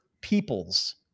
peoples